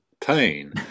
pain